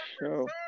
show